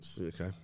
Okay